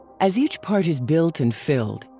as each part is built and filled,